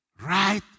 Right